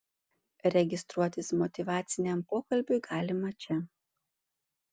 registruotis motyvaciniam pokalbiui galima čia